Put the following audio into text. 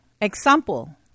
Example